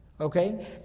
Okay